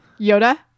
Yoda